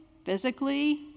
physically